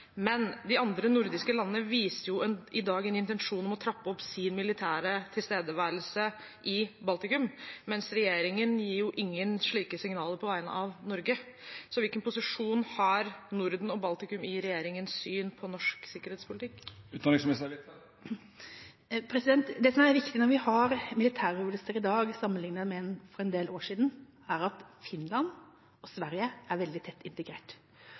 Men de andre nordiske landene viste jo i dag en intensjon om å trappe opp sin militære tilstedeværelse i Baltikum, mens regjeringen ikke gir noen slike signaler på vegne av Norge. Så hvilken posisjon har Norden og Baltikum i regjeringens syn på norsk sikkerhetspolitikk? Det som er viktig når vi har militærøvelser i dag, sammenlignet med for en del år siden, er at Finland og Sverige er veldig tett integrert,